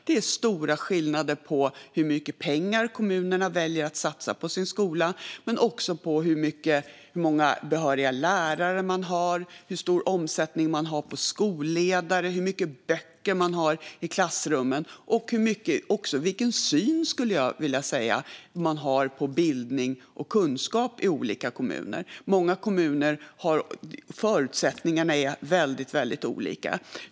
Det är stora skillnader på hur mycket pengar kommunerna väljer att satsa på sin skola men också på hur många behöriga lärare man har, hur stor omsättning man har på skolledare, hur mycket böcker man har i klassrummen och också, skulle jag vilja säga, vilken syn man har på bildning och kunskap i olika kommuner. Förutsättningarna är väldigt, väldigt olika.